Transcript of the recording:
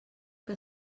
que